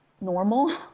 normal